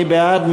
מי בעד?